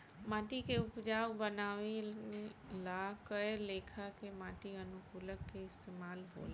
माटी के उपजाऊ बानवे ला कए लेखा के माटी अनुकूलक के इस्तमाल होला